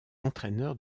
entraîneur